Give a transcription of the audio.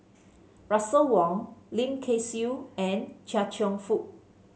Russel Wong Lim Kay Siu and Chia Cheong Fook